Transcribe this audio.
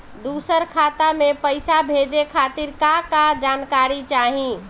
दूसर खाता में पईसा भेजे के खातिर का का जानकारी चाहि?